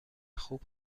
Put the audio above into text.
خوب